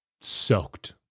Soaked